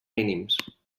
mínims